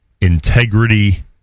integrity